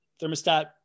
thermostat